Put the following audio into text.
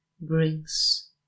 brings